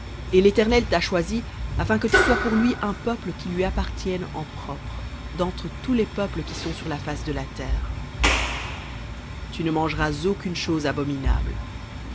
et l'éternel t'a choisi afin que tu sois pour lui un peuple qui lui appartienne en propre d'entre tous les peuples qui sont sur la face de la terre tu ne mangeras aucune chose abominable